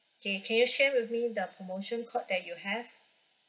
K can you share with you the promotion code that you have